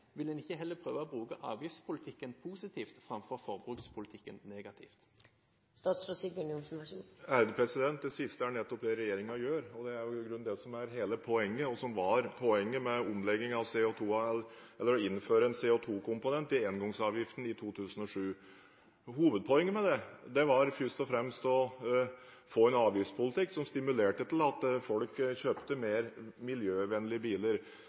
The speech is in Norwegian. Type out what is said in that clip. Vil en ikke heller prøve å bruke avgiftspolitikken positivt framfor forbrukspolitikken negativt? Det siste er nettopp det regjeringen gjør, og det er i grunnen det som er hele poenget, og som var poenget med omleggingen, dvs. med å innføre en CO2-komponent i engangsavgiften i 2007. Hovedpoenget var først og fremst å få en avgiftspolitikk som stimulerte til at folk kjøpte mer miljøvennlige biler.